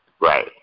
right